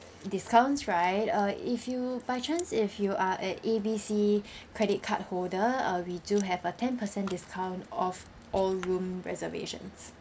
discounts right uh if you by chance if you are a A B C credit card holder uh we do have a ten percent discount off all room reservations